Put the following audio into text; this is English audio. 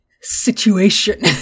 situation